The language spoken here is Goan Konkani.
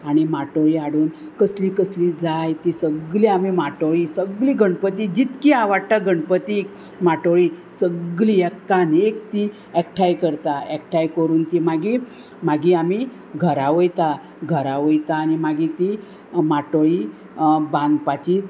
आनी माटोळी हाडून कसली कसली जाय ती सगळी आमी माटोळी सगली गणपती जितकी आवडटा गणपतीक माटोळी सगली एकान एक ती एकठांय करता एकठांय करून ती मागीर मागीर आमी घरा वयता घरा वयता आनी मागीर ती माटोळी बांदपाची